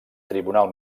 tribunal